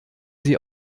sie